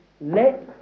let